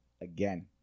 Again